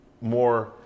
more